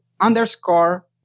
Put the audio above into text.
underscore